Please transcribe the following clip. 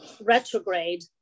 retrograde